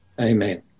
amen